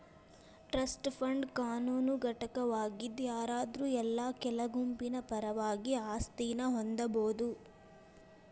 trust fund ಕಾನೂನು ಘಟಕವಾಗಿದ್ ಯಾರಾದ್ರು ಇಲ್ಲಾ ಕೆಲ ಗುಂಪಿನ ಪರವಾಗಿ ಆಸ್ತಿನ ಹೊಂದಬೋದು